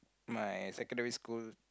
my secondary school